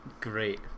great